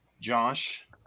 Josh